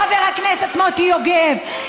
חבר הכנסת מוטי יוגב,